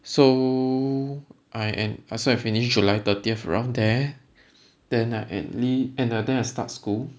so I am I also finished july thirtieth around there then I enli~ and I think I start school